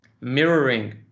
Mirroring